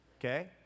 okay